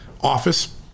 office